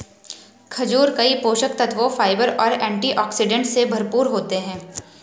खजूर कई पोषक तत्वों, फाइबर और एंटीऑक्सीडेंट से भरपूर होते हैं